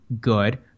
good